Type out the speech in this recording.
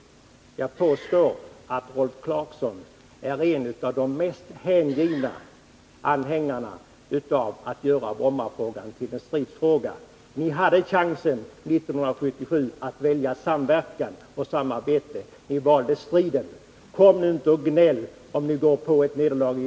Jag påstår att Rolf Clarkson är en av de mest hängivna anhängarna av strävan att göra Brommafrågan till en stridsfråga. Ni hade 1977 chansen att välja samverkan och samarbete, men ni valde strid. Kom nu inte och gnäll, om ni i dag lider ett nederlag.